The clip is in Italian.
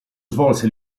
svolse